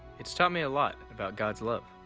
it's taught me a lot about god's love.